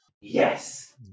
Yes